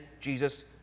Jesus